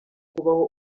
kubaho